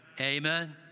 Amen